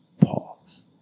Pause